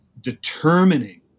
determining